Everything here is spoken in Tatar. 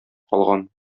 калган